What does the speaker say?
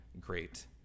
great